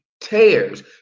tears